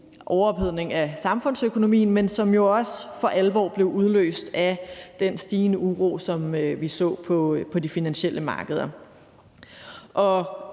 overophedning af økonomien, men som også for alvor blev udløst af den stigende uro, som vi så på de finansielle markeder.